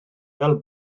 fel